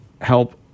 help